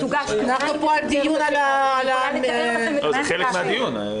זה חלק מהדיון.